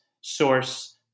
source